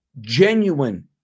genuine